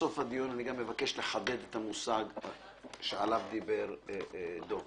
בסוף הדיון אני גם אבקש לחדד את המושג שעליו דיבר דב,